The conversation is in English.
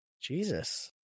Jesus